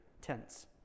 tense